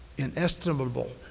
inestimable